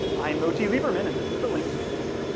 i'm moti lieberman, and this is the ling space.